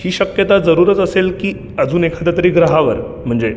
ही शक्यता जरूरच असेल की अजून एखाद्यातरी ग्राहावर म्हणजे